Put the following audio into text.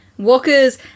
walkers